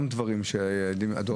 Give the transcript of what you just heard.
גם אלה דברים שהדור הצעיר יודע.